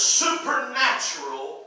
supernatural